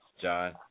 John